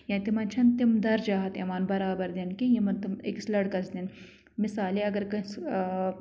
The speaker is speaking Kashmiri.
یا تِمَن چھَنہٕ تِم دَرجات یِوان بَرابَر دِنہٕ کینٛہہ یِمَن تِم أکِس لٔڑکَس دِنۍ مِثالے اگر کٲنٛسہِ